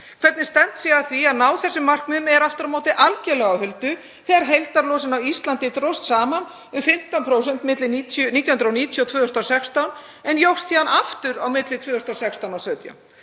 Hvernig stefnt er að því að ná þessum markmiðum er aftur á móti algjörlega á huldu þegar heildarlosun á Íslandi dróst saman um 15% á milli 1990 og 2016 en jókst síðan aftur á milli 2016 og 2017.